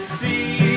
see